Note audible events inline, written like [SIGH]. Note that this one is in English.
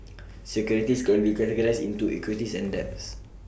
[NOISE] securities can be categorized into equities and debts